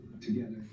together